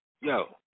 yo